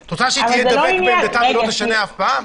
את רוצה שהיא תהיה דבקה בעמדתה ולא תשנה אף פעם?